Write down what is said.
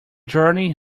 journey